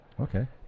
Okay